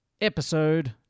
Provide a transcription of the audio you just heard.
Episode